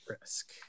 risk